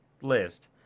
list